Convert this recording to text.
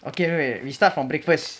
okay we start from breakfast